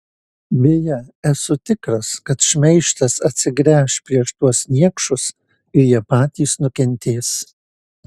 beje esu tikras kad šmeižtas atsigręš prieš tuos niekšus ir jie patys nukentės